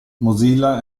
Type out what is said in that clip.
mozilla